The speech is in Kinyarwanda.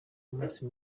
umunsi